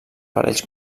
parells